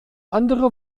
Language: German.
andere